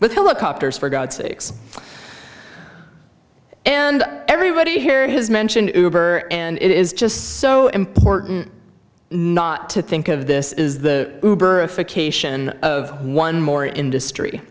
with helicopters for god's sakes and everybody here has mentioned and it is just so important not to think of this is the birth of one more industry